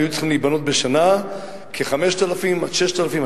היו צריכות להיבנות בשנה 5,000 עד 6,000,